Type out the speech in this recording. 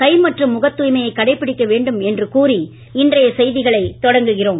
கை மற்றும் முகத் தூய்மையை கடைபிடிக்க வேண்டும் என்று கூறி இன்றைய செய்திகளை தொடங்குகிறோம்